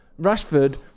Rashford